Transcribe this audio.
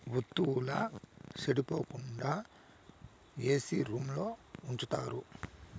వత్తువుల సెడిపోకుండా ఏసీ రూంలో ఉంచుతారు